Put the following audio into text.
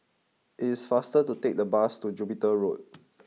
it is faster to take the bus to Jupiter Road